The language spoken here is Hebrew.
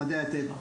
ממדעי הטבע.